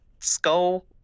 skull